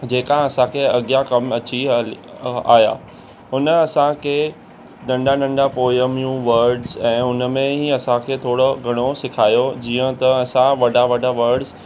जेका असांखे अॻियां कमु अची हल आया उन असांखे नंढा नंढा पोयमियूं वर्ड्स ऐं हुन में ई असांखे थोरो घणो सेखारियो जीअं त असां वॾा वॾा वर्ड्स